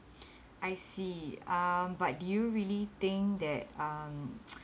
I see um but do you really think that um